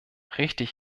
richtig